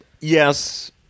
yes